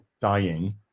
dying